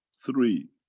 three,